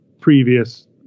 previous